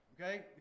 Okay